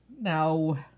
No